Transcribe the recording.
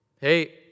Hey